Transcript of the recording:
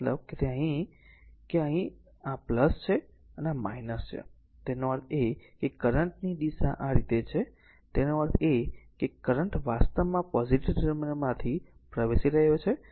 તેથી મતલબ કે તે અહીં છે તેનો અર્થ એ છે કે તે અહીં છેજ્યારે આ વાસ્તવમાં છે આ છે તેનો અર્થ એ કે કરંટ ની દિશા આ રીતે છે તેનો અર્થ એ છે કે કરંટ વાસ્તવમાં પોઝીટીવ ટર્મિનલમાં પ્રવેશી રહ્યો છે